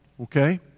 okay